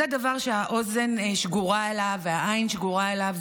זה הדבר שהאוזן שגורה בו והעין שגורה בו,